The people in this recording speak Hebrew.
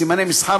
סימני מסחר,